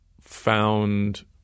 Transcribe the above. found